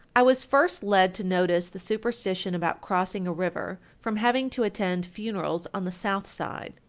i was first led to notice the superstition about crossing a river, from having to attend funerals on the south side,